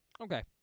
Okay